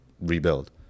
rebuild